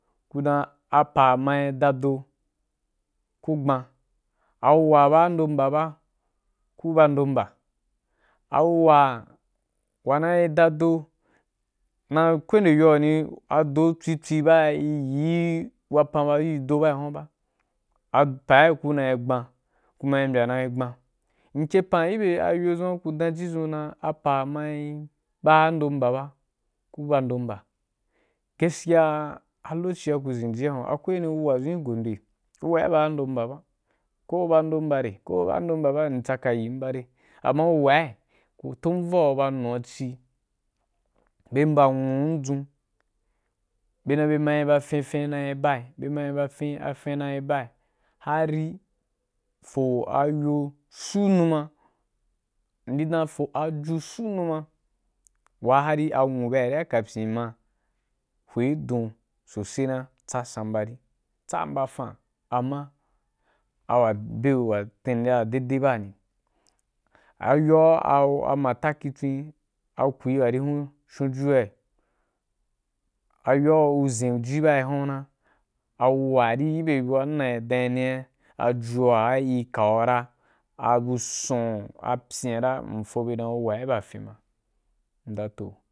Kudan, a pa ma’i dado ku gban, a wuwa wa ba ndon mba ba ku ba ndo mbà, a wuwa wa na’i da do na ko waní yo ani ado ko waní yo aní, ado tsuitsui ba iyi wapan ba irin do ba’i huwanbaapaù kuna gban kuma i mbyan nai gban. N kepan gibe ayo’i dzun ku dan ji dzun, na apa mai ba ndon mba ba ku ba ndomba, gaskiya, a lokoci a ku zhen ci wa hunwa akwai wuwa dzun gin gondo’i, awuwa ri ba ndo mba ba, ko ku ba ndo mba re ko ku ba ndo mba ba m tsaka yīn di ba deí amma wuwai ku tun ro a ku ba nuwa cí be mba nwun dzun, be dan be ma ba fin, fin nai bai, be ma ba fin fin nai bai hari fo ayo su numa ndi dan rifo aju su numa ha ri a nwuba a kapyin ma hye i don na sosaina tsa sambari, tsa ambafan, amma awa de wo wa tingba wa deìdeí na bani, ayo wa amgtakhi tswen a ku’i wari hunshu jun bai ayo ‘ ai gu zhen ji bai hunwa na awuwa iri gobye buwamna dayini ajuwa iri kowaga abu sun a pyira īn fo dan wuwari ba fyin ma m’da toh.